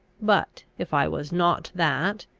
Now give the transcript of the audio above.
but, if i was not that,